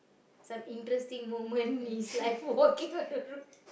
some interesting moment in his life walking on the road